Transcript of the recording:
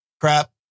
crap